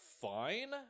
fine